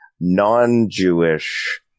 non-Jewish